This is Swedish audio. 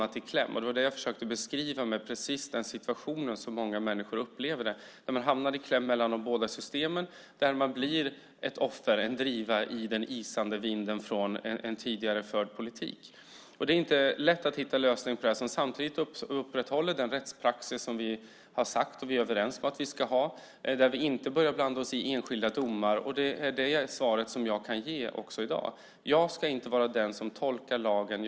Det var precis den situationen jag försökte beskriva, att många människor upplever att de hamnar i kläm mellan de båda systemen och blir ett offer, en driva i den isande vinden från en tidigare förd politik. Det är inte lätt att hitta en lösning som samtidigt upprätthåller den rättspraxis som vi är överens om att vi ska ha där vi inte börjar blanda oss i enskilda domar. Det är det svaret jag kan ge också i dag. Jag ska inte vara den som tolkar lagen.